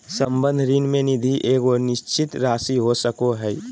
संबंध ऋण में निधि के एगो निश्चित राशि हो सको हइ